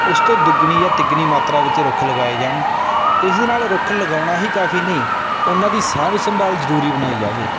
ਉਸ ਤੋਂ ਦੁੱਗਣੀ ਜਾ ਤਿੱਗਣੀ ਮਾਤਰਾ ਵਿੱਚ ਰੁੱਖ ਲਗਾਏ ਜਾਣ ਇਸਦੇ ਨਾਲ ਰੁੱਖ ਲਗਾਉਣਾ ਹੀ ਕਾਫ਼ੀ ਨਹੀਂ ਉਹਨਾਂ ਦੀ ਸਾਂਭ ਸੰਭਾਲ ਜ਼ਰੂਰੀ ਬਣਾਈ ਜਾਵੇ